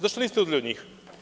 Zašto niste uzeli od njih?